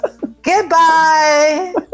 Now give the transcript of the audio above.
Goodbye